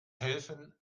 helfen